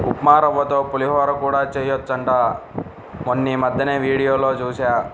ఉప్మారవ్వతో పులిహోర కూడా చెయ్యొచ్చంట మొన్నీమద్దెనే వీడియోలో జూశా